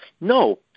No